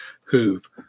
who've